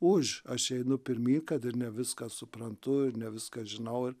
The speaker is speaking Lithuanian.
už aš einu pirmyn kad ir ne viską suprantu ir ne viską žinau